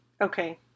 Okay